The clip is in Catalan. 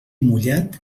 mullat